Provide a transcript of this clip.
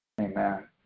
Amen